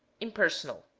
impersonal